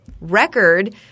record –